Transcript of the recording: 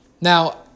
now